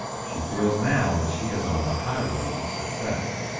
she feels now that she is on the highroad to success.